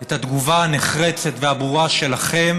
את התגובה הנחרצת והברורה שלכם